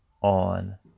on